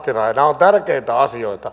nämä ovat tärkeitä asioita